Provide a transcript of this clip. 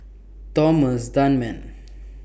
Thomas Dunman